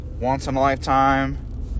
once-in-a-lifetime